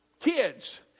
kids